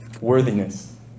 Worthiness